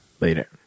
Later